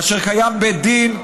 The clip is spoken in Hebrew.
כאשר קיים בית דין,